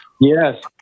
Yes